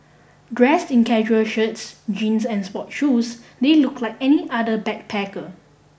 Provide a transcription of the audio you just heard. dressed in casual shirts jeans and sports shoes they looked like any other backpacker